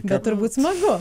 bet turbūt smagu